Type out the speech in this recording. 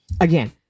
again